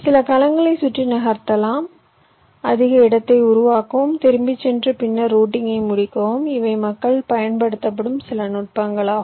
சில கலங்களை சுற்றி நகர்த்தவும் அதிக இடத்தை உருவாக்கவும் திரும்பிச் சென்று பின்னர் ரூட்டிங்கை முடிக்கவும் இவை மக்கள் பயன்படுத்தும் சில நுட்பங்கள் ஆகும்